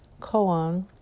koan